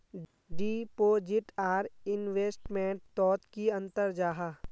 Deposit आर investment तोत की अंतर जाहा?